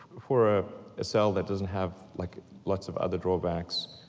for a cell that doesn't have like lots of other drawbacks,